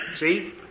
See